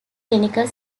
clinical